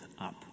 up